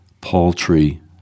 paltry